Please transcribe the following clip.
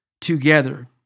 together